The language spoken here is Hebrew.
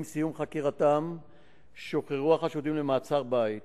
2. עם סיום חקירתם שוחררו החשודים למעצר בית